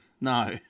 No